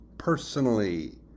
personally